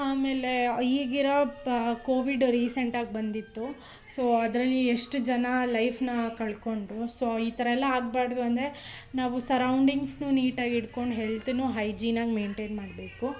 ಆಮೇಲೆ ಈಗಿರೋ ಕೋವಿಡ್ ರಿಸೆಂಟಾಗಿ ಬಂದಿತ್ತು ಸೋ ಅದರಲ್ಲಿ ಎಷ್ಟು ಜನ ಲೈಫನ್ನ ಕಳ್ಕೊಂಡ್ರೂ ಸೋ ಈ ಥರ ಎಲ್ಲ ಆಗಬಾರ್ದು ಅಂದರೆ ನಾವು ಸರೌಂಡಿಂಗ್ಸನ್ನೂ ನೀಟಾಗಿ ಇಡ್ಕೊಂಡು ಹೆಲ್ತನ್ನೂ ಹೈಜೀನಾಗಿ ಮೈಂಟೇನ್ ಮಾಡಬೇಕು